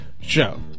show